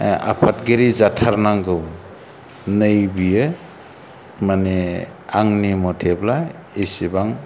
आफादगिरि जाथारनांगौ नै बियो मानि आंनि मथेब्ला एसेबां